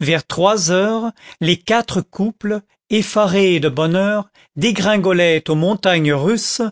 vers trois heures les quatre couples effarés de bonheur dégringolaient aux montagnes russes